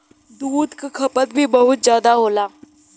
दूध क खपत भी बहुत जादा होला